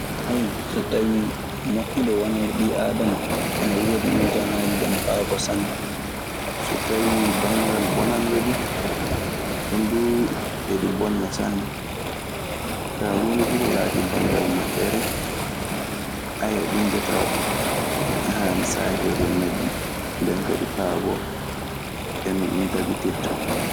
So tawii moƴƴude wonande ɓii aadama ana woodi mejaŋaaji ɗii ana paaboo sanne. So tawii banngal bonande duu. Ɗun duu eɗi bonna sanne. Kaa, huunde fuu ko laatii banngal moƴƴere. Ɗun mbiyataa ana haani saakeede e majji. Nden kadi paaboo e no ɗun tabitirta.